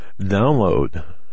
Download